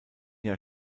jahr